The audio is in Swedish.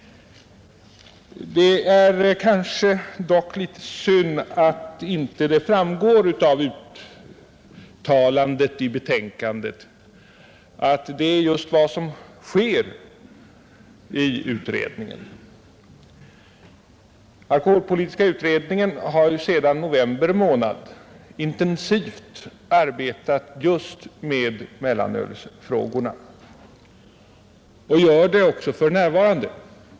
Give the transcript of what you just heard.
Det är dock synd att det inte framgår av betänkandet att detta är just vad som sker i utredningen. Alkoholpolitiska utredningen har sedan november månad intensivt arbetat just med mellanölsfrågorna och gör det också för närvarande.